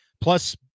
plus